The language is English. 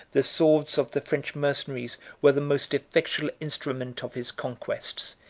the swords of the french mercenaries were the most effectual instruments of his conquests,